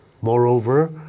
moreover